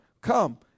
Come